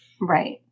Right